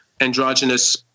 androgynous